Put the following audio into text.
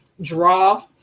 draw